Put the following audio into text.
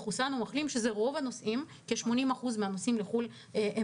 מחוסן או מחלים כ-80% מהנוסעים לחו"ל הם